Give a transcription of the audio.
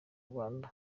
rwanda